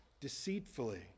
deceitfully